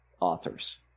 authors